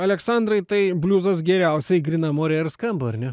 aleksandrai tai bliuzas geriausiai grynam ore ir skamba ar ne